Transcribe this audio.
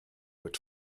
with